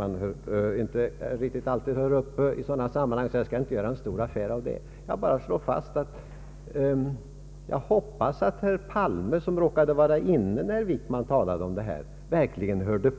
Man kanske inte alltid hör upp så noga, så jag skall inte göra någon stor affär av det, men jag hoppas att herr Palme, som var inne i kammaren när herr Wickman talade om detta, verkligen lyssnade.